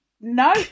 no